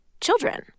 children